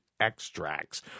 Extracts